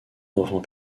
d’enfant